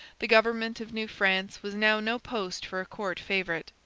the government of new france was now no post for a court favourite.